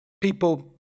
people